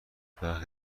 برخی